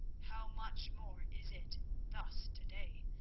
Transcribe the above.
how much more is it thus to-day,